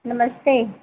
नमस्ते